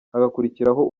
hagakurikiraho